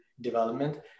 development